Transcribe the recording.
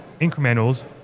incrementals